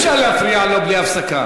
אי-אפשר להפריע לו בלי הפסקה.